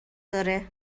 داره